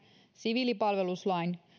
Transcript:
siviilipalveluslain